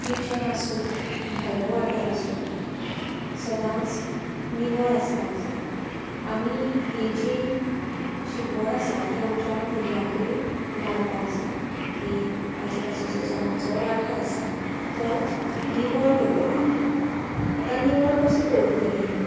kitchen आसूं भायलो वाठार आसूं सदांच निवळ आसपाक जाय आमी ही जी शिकवण आसा ती आमच्या भुरग्यांकय लावपाक जाय की आजुबाजूचो जो वाठार आसा तो निवळ दवरात आतां निवळ कसो दवरतली